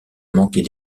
manquer